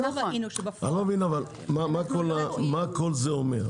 בפועל לא ראינו ש- -- אבל אני לא מבין מה כל זה אומר.